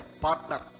Partner